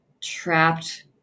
trapped